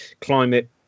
climate